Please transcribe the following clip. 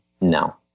No